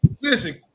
Listen